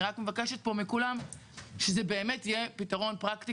אני רק מבקשת פה מכולם שזה באמת יהיה פתרון פרקטי